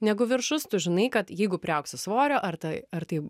negu viršus tu žinai kad jeigu priaugsi svorio ar ta ar tai